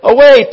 Away